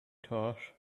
thought